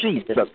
Jesus